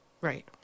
Right